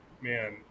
man